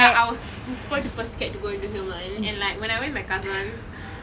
ya I was super duper scared to go into and like when I went with my cousins